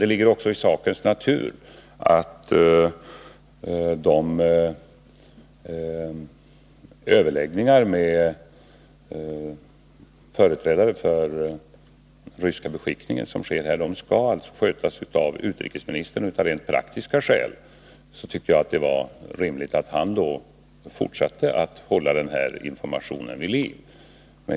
Det ligger i sakens natur att de överläggningar som sker med företrädare för den ryska beskickningen skall skötas av utrikesministern. Av rent praktiska skäl tyckte jag därför att det var rimligt att han fortsatte att hålla denna information vid liv.